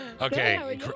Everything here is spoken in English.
Okay